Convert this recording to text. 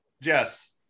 Jess